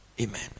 Amen